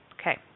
okay